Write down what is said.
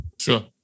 Sure